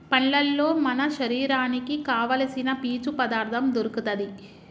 పండ్లల్లో మన శరీరానికి కావాల్సిన పీచు పదార్ధం దొరుకుతది